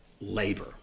labor